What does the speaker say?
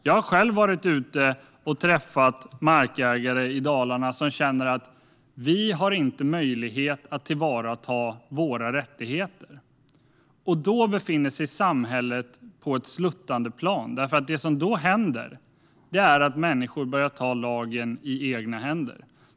Jag har själv varit ute och träffat markägare i Dalarna som känner att de inte har möjlighet att tillvarata sina rättigheter. Då befinner sig samhället på ett sluttande plan, därför att det som händer då är att människor börjar ta lagen i egna händer.